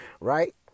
Right